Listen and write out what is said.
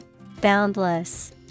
BOUNDLESS